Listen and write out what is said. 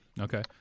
Okay